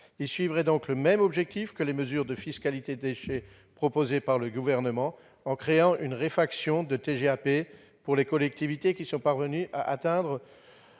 Il suit donc le même objectif que les mesures de fiscalité relatives aux déchets proposées par le Gouvernement. Son adoption créerait une réfaction de TGAP pour les collectivités qui sont parvenues à atteindre